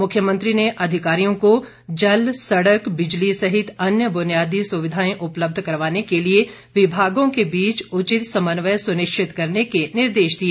मुख्यमंत्री ने अधिकारियों को जल सड़क बिजली सहित अन्य बुनियादी सुविधाएं उपलब्ध करवाने के लिए विभागों के बीच उचित समन्वय सुनिश्चित करने के निर्देश दिए